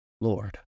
Lord